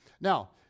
Now